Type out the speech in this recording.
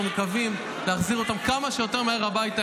אנחנו מקווים להחזיר אותם כמה שיותר מהר הביתה